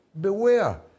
Beware